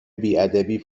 بیادبی